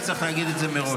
אז צריך להגיד את זה מראש.